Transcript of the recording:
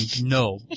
no